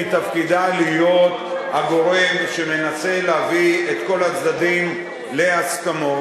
שמתפקידה להיות הגורם שמנסה להביא את כל הצדדים להסכמות.